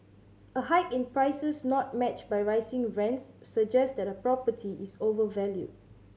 a hike in prices not matched by rising rents suggest that a property is overvalued